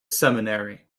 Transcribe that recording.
seminary